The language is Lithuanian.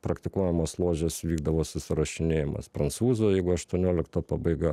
praktikuojamos ložės vykdavo susirašinėjimas prancūzų jeigu aštuoniolikto pabaiga